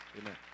Amen